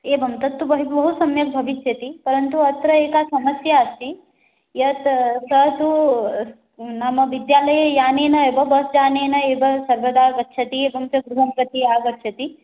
एवं तत्तु बहु बहुसम्यक् भविष्यति परन्तु अत्र एका समस्या अस्ति यत् सः तु नाम विद्यालये यानेन एव बस्यानेन एव सर्वदा गच्छति एवं गृहं प्रति आगच्छति